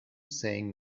saying